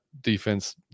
defense